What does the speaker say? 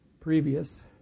previous